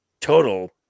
total